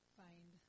find